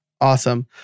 Awesome